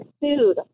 food